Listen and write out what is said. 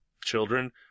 children